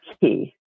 key